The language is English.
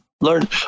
learn